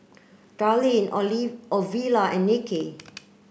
Darlene Ovila and Nicky